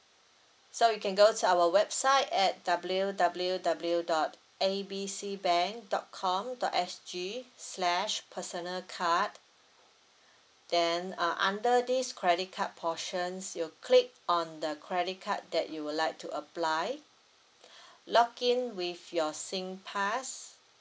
so you can go to our website at W W W dot A B C bank dot com dot S G slash personal card then uh under this credit card portions you click on the credit card that you would like to apply login with your singpass